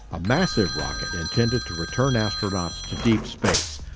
a massive rocket intended to return astronauts to deep space.